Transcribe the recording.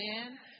Amen